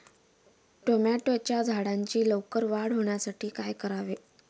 टोमॅटोच्या झाडांची लवकर वाढ होण्यासाठी काय करावे?